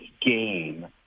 game